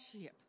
ship